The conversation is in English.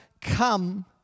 come